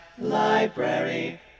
Library